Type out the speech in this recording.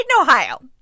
Ohio